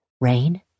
Rain